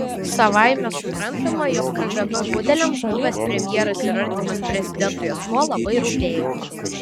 savaime suprantama jog kgb budeliams buvęs premjeras ir artimas prezidentui asmuo labai rūpėjo